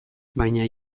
baina